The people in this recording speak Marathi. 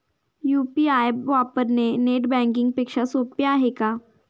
यु.पी.आय वापरणे नेट बँकिंग पेक्षा सोपे आहे का?